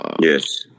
Yes